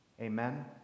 amen